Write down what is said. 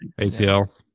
ACL